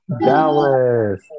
Dallas